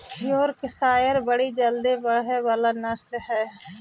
Yorkshire बड़ी जल्दी बढ़े वाला नस्ल हई